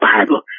Bible